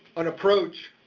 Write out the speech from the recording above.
an approach,